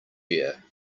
year